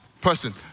person